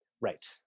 Right